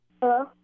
Hello